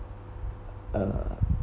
uh